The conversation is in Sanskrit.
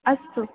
अस्तु